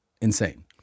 insane